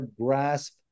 grasp